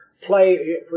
play